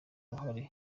uruhare